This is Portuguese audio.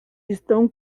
estão